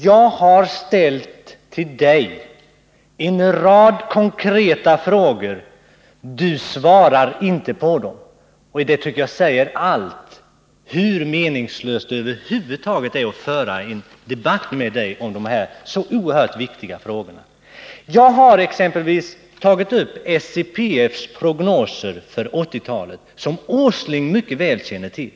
Jag har till industriministern ställt en rad konkreta frågor, men han svarar inte på dem. Det tycker jag säger allt om hur meningslöst det över huvud taget är att föra en debatt med Nils Åsling om dessa så oerhört viktiga frågor. Jag har exempelvis tagit upp SCPF:s prognoser för 1980-talet, som Nils Åsling mycket väl känner till.